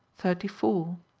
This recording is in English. thirty four.